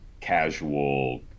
casual